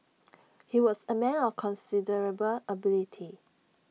he was A man of considerable ability